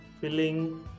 filling